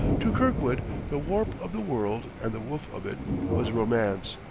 to kirkwood the warp of the world and the woof of it was romance,